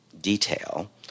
detail